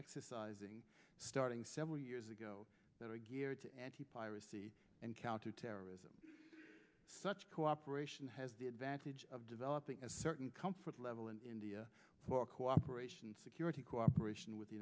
exercising starting several years ago that are geared to anti piracy and counterterrorism such cooperation has the advantage of developing a certain comfort level in india for cooperation security cooperation with the